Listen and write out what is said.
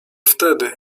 wtedy